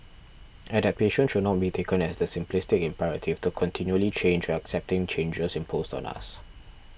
adaptation should not be taken as the simplistic imperative to continually change or accepting changes imposed on us